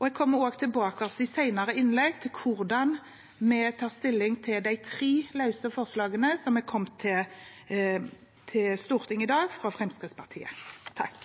Jeg kommer også i senere innlegg tilbake til hvordan vi tar stilling til de tre såkalt løse forslagene som er fremmet i Stortinget i